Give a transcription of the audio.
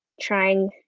trying